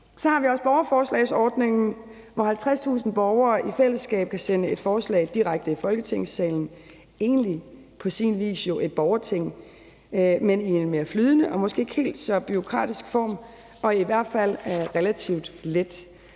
Så har vi også borgerforslagsordningen, hvor 50.000 borgere i fællesskab kan sende et forslag direkte i Folketingssalen – egentlig på sin vis jo et borgerting, men i en mere flydende og måske ikke helt så bureaukratisk form og i hvert fald relativt let.